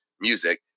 music